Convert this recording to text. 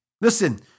Listen